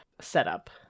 setup